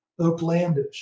Oaklandish